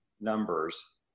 numbers